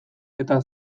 eta